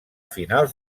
finals